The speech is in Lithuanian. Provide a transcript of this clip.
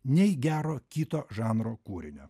nei gero kito žanro kūrinio